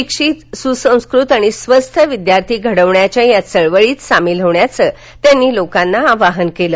शिक्षितसुसंस्कृत आणि स्वस्थ विद्यार्थी घडवण्याच्या या चळवळीत सामील होण्याचं त्यांनी आवाहन केलं